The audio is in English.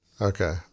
Okay